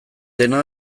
dena